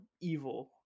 evil